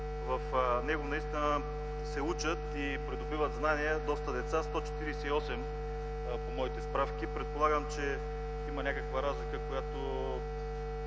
в него наистина се учат и придобиват знания доста деца – 148 по моите справки. Предполагам, че има някаква разлика, по